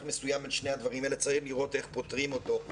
מסוים בין שני הדברים האלה וצריך לראות איך פותרים אותו.